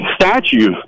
statue